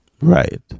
right